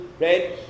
right